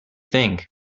think